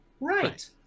right